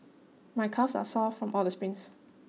my calves are sore from all the sprints